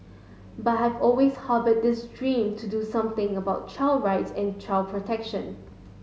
but have always harbour this dream to do something about child rights and child protection